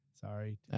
Sorry